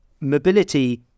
Mobility